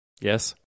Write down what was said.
Yes